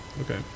okay